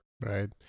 Right